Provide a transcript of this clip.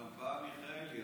גם באה מיכאלי,